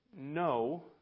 no